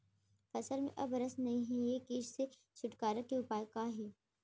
फसल में अब रस नही हे ये किट से छुटकारा के उपाय का हे?